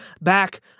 back